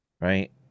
right